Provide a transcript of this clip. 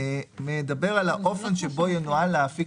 מתייחס לשאלה איך מנהלים את הכספים